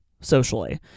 socially